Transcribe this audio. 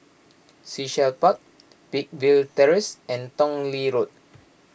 Sea Shell Park Peakville Terrace and Tong Lee Road